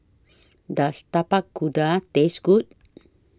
Does Tapak Kuda Taste Good